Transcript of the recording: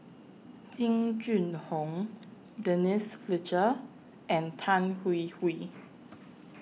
Jing Jun Hong Denise Fletcher and Tan Hwee Hwee